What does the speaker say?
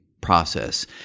process